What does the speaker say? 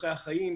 ביטוחי החיים,